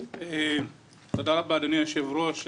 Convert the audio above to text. תודה רבה, אדוני היושב-ראש.